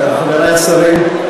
חברי השרים,